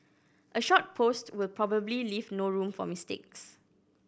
a short post will probably leave no room for mistakes